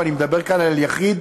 ואני מדבר כאן על יחיד,